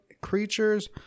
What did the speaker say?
creatures